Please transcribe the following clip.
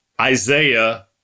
Isaiah